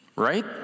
Right